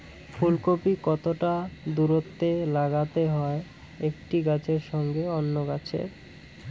ফুলকপি কতটা দূরত্বে লাগাতে হয় একটি গাছের সঙ্গে অন্য গাছের?